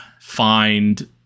find